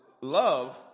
love